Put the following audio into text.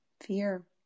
Fear